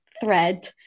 thread